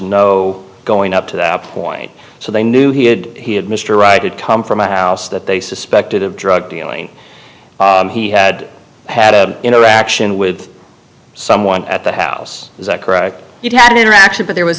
know going up to that point so they knew he had he had mr right had come from a house that they suspected of drug dealing he had had a interaction with someone at that house is that correct you've had an interaction but there was